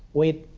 wait,